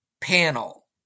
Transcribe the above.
panel